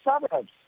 suburbs